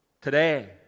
today